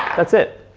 that's it.